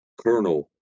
colonel